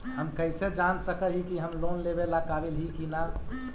हम कईसे जान सक ही की हम लोन लेवेला काबिल ही की ना?